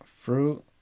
Fruit